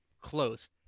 close